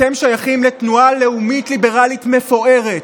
אתם שייכים לתנועה לאומית ליברלית מפוארת.